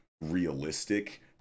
realistic